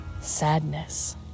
sadness